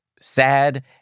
sad